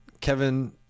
Kevin